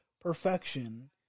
perfection